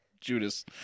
Judas